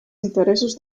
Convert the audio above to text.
interessos